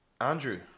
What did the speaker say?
Andrew